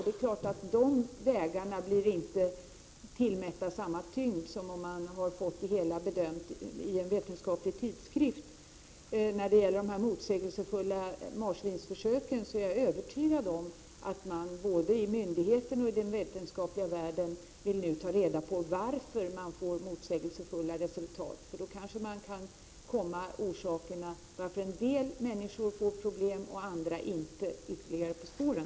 De vägarna blir naturligtvis inte tillmätta samma tyngd som om man hade fått det hela bedömt i en vetenskaplig tidskrift. När det gäller de motsägelsefulla marsvinsförsöken är jag övertygad om att man både hos myndighet och i vetenskapens värld vill ta reda på varför man får motsägelsefulla resultat. Då kanske man kommer orsakerna till att en del människor får problem och andra inte ytterligare på spåren.